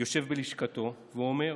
יושב בלשכתו ואומר: